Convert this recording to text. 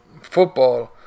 football